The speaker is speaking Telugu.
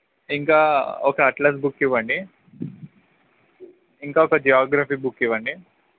ఇంకా ఒక అట్లాస్ బుక్ ఇవ్వండి ఇంకొక జాగ్రఫీ బుక్ ఇవ్వండి